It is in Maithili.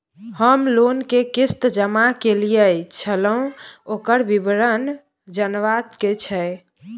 हम लोन के किस्त जमा कैलियै छलौं, ओकर विवरण जनबा के छै?